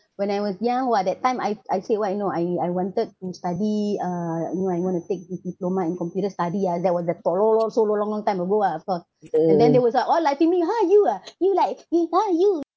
when I was young !wah! that time I I said what you know I I wanted to study uh uh you know I want to take this diploma in computer study ah that was the a tor~ so so long long time ago ah of course and then they was like all laughing at me ha you ah you like you